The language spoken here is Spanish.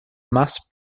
más